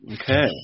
Okay